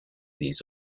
les